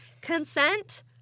consent